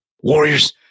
Warriors